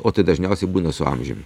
o tai dažniausiai būna su amžiumi